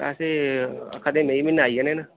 पैसे आक्खै दे मेई म्हीनै आई जाने न